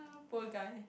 poor guy